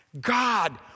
God